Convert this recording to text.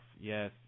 Yes